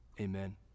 Amen